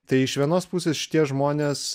tai iš vienos pusės šitie žmonės